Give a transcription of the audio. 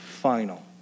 final